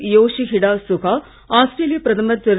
Yoshihide Suga ஆஸ்திரேலிய பிரதமர் திரு